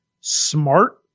smart